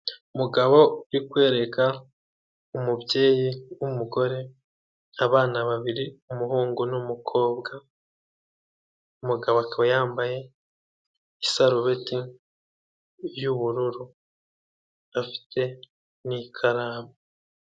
Umugabo uri kwereka umubyeyi w'umugore abana babiri umuhungu n'umukobwa. Umugabo akaba yambaye isarubeti y'ubururu, afite n'ikaramu.